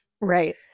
Right